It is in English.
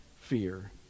fear